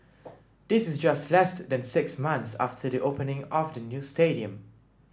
this is just less than six months after the opening of the new stadium